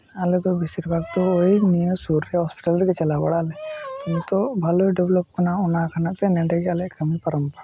ᱟᱞᱮᱫᱚ ᱵᱤᱥᱤᱨ ᱵᱷᱟᱜᱽ ᱫᱚ ᱱᱤᱭᱟᱹ ᱥᱩᱨ ᱨᱮ ᱦᱚᱸᱥᱯᱤᱴᱟᱞ ᱨᱮᱜᱮ ᱪᱟᱞᱟᱣ ᱵᱟᱲᱟᱜᱼᱟᱞᱮ ᱱᱤᱛᱳᱜ ᱵᱷᱟᱞᱮ ᱰᱮᱯᱞᱚᱯ ᱟᱠᱟᱱᱟ ᱚᱱᱟ ᱠᱟᱨᱚᱱᱟᱜ ᱛᱮ ᱱᱮᱰᱮ ᱜᱚ ᱟᱞᱮᱭᱟᱜ ᱠᱟᱹᱢᱤ ᱯᱟᱨᱚᱢ ᱵᱟᱲᱟᱜᱼᱟ